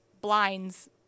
blinds